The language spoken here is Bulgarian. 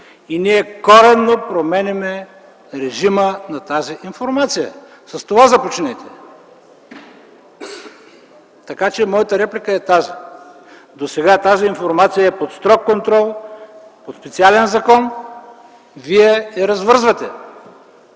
И ние коренно променяме режима на тази информация. С това започнете. Моята реплика е тази – досега тази информация е под строг контрол по специален закон, вие я развързвате.